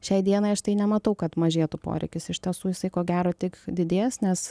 šiai dienai aš tai nematau kad mažėtų poreikis iš tiesų jisai ko gero tik didės nes